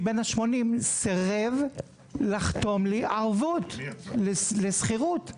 בן ה-80 סירב לחתום לי ערבות לשכירות.